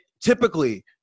Typically